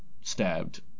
stabbed